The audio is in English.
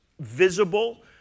visible